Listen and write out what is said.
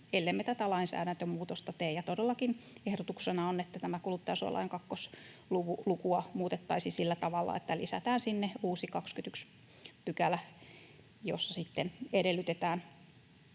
ellemme tätä lainsäädäntömuutosta tee. Ja todellakin ehdotuksena on, että tämän kuluttajansuojalain kakkoslukua muutettaisiin sillä tavalla, että lisätään sinne uusi 21 §, jossa sitten